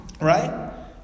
right